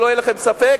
שלא יהיה לכם ספק,